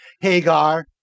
Hagar